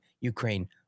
Ukraine